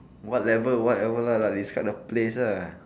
what level whatever lah describe the place lah